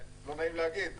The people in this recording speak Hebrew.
לא נעים להגיד -- פאסה.